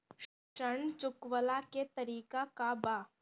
ऋण चुकव्ला के तरीका का बा?